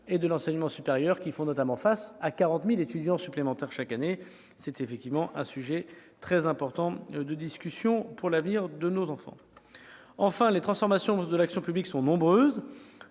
et de l'enseignement supérieur, ce dernier devant notamment accueillir 40 000 étudiants supplémentaires chaque année. C'est effectivement un sujet très important de discussion pour l'avenir de nos enfants. Les transformations de l'action publique sont nombreuses.